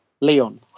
leon